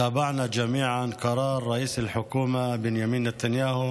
כולנו עקבנו אחר החלטת ראש הממשלה בנימין נתניהו